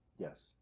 Yes